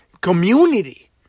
community